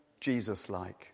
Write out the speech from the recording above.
Jesus-like